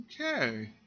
Okay